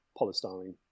polystyrene